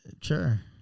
Sure